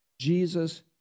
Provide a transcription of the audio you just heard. Jesus